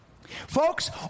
Folks